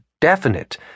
definite